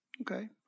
Okay